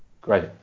great